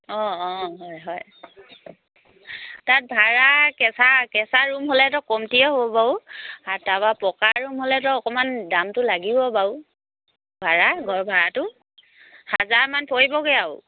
অঁ অঁ হয় হয় তাত ভাড়া কেঁচা কেঁচাৰূম হ'লেতো কমতিয়ে হ'ব বাৰু আৰু তাৰপৰা পকাৰূম হ'লেতো অকমান দামটো লাগিব বাৰু ভাড়াঘৰ ভাড়াটো হাজাৰমান পৰিবগৈ আৰু